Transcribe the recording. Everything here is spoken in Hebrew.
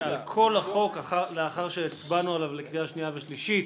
על כל החוק לאחר שהצבענו עליו לקריאה שנייה ושלישית.